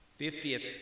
fiftieth